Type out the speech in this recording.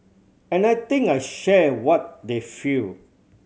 and I think I share what they feel